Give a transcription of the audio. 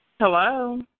Hello